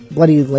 Bloody